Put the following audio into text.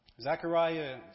Zechariah